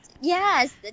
yes